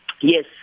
Yes